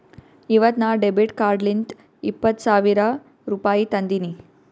ಇವತ್ ನಾ ಡೆಬಿಟ್ ಕಾರ್ಡ್ಲಿಂತ್ ಇಪ್ಪತ್ ಸಾವಿರ ರುಪಾಯಿ ತಂದಿನಿ